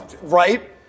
right